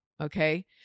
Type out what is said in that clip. Okay